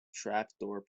trapdoor